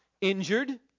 injured